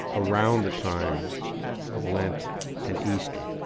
around the time of lent and easter,